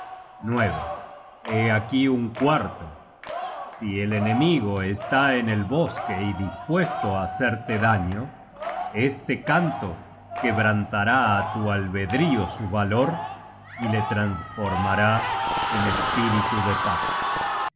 hé aquí un cuarto si el enemigo está en el bosque y dispuesto á hacerte daño este canto quebrantará á tu albedrío su valor y le trasformará en espíritu de paz